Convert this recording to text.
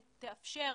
הצרכן,